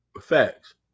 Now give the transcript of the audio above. Facts